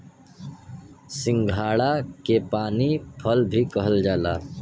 सिंघाड़ा के पानी फल भी कहल जाला